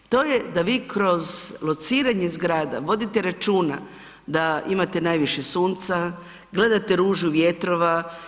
To je da vi kroz lociranje zgrada vodite računa da imate najviše sunca, gledate ružu vjetrova.